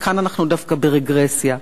וכאן אנחנו דווקא ברגרסיה,